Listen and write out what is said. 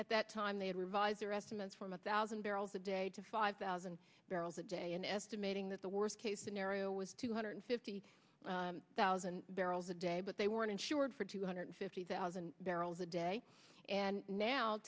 at that time they had revised their estimates from a thousand barrels a day to five thousand barrels a day in estimating that the worst case scenario was two hundred fifty thousand barrels a day but they weren't insured for two hundred fifty thousand barrels a day and now